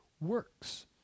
works